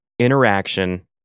interaction